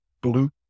blue